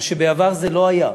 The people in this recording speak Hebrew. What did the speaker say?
מה שבעבר לא היה,